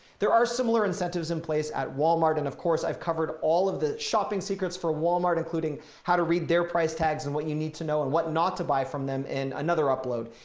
there are similar incentives in place at walmart. and of course, i've covered all of the shopping secrets for walmart, including how to read their price tags and what you need to know and what not to buy from them in another upload.